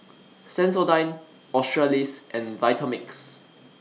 Sensodyne Australis and Vitamix